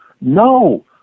no